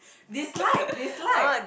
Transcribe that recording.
dislike dislike